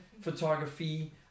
photography